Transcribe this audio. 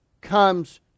comes